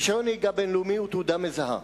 רשיון נהיגה בין-לאומי הוא תעודה מזהה.